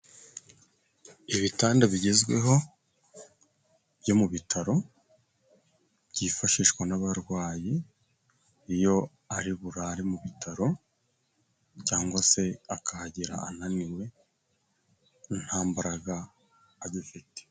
Ibitanda bigezweho byo mu bitaro byifashishwa n'abarwayi, iyo ari burare mu bitaro, cyangwa se akahagera ananiwe nta mbaraga agifite.